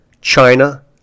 China